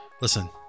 Listen